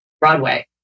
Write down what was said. Broadway